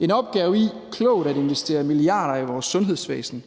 en opgave i klogt at investere milliarder i vores sundhedsvæsen,